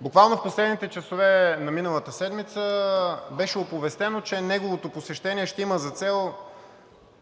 Буквално в последните часове на миналата седмица беше оповестено, че неговото посещение ще има за цел